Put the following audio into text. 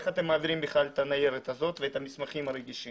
איך אתם מעבירים בכלל את הניירת הזאת ואת המסמכים הרגישים?